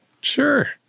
Sure